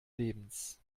lebens